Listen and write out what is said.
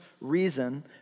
reason